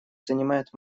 занимает